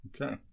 Okay